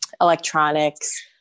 electronics